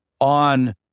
on